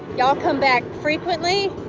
y'all come back frequently.